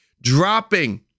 Dropping